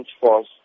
Force